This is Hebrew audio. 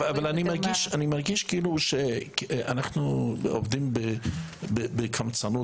אני מרגיש כאילו שאנחנו עובדים בקמצנות,